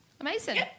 Amazing